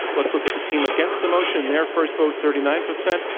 let's look at the team against the motion, their first vote, thirty nine percent,